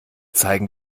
zeigen